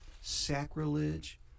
sacrilege